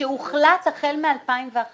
שהוחלט החל מ-2011